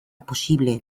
posible